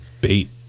Bait